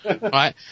right